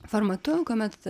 formatu kuomet